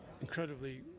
incredibly